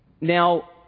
Now